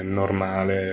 normale